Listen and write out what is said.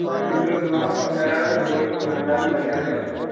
اَتی پٮ۪ٹھ تُلہو پَتہٕ کَرہو أسۍ یورٕ دوکان دارن وغیرہ سَپلے